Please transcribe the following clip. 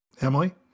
Emily